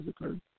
occurred